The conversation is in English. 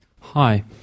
hi